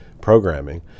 programming